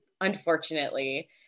unfortunately